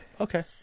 Okay